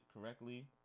correctly